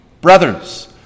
Brothers